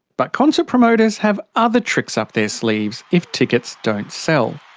but concert promoters have other tricks up their sleeves if tickets don't sell.